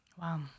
Wow